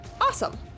awesome